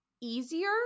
easier